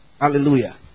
Hallelujah